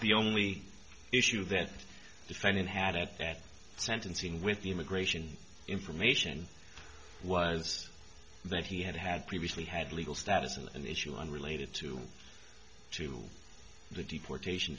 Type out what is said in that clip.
the only issue that defendant had at that sentencing with the immigration information was that he had had previously had legal status and issue unrelated to to the deportation